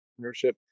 entrepreneurship